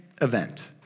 event